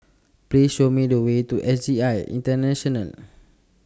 Please Show Me The Way to S J I International